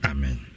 Amen